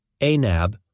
Anab